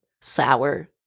sour